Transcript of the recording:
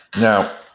Now